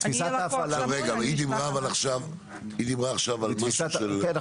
אבל היא דיברה עכשיו על משהו -- כן,